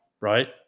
right